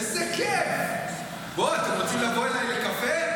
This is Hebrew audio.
איזה כיף, בואו, אתם רוצים לבוא אליי לקפה?